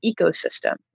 ecosystem